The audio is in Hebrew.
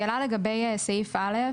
שאלה לגבי סעיף (א).